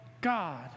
God